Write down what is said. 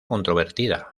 controvertida